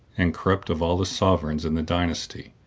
and corrupt of all the sovereigns in the dynasty.